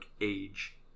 age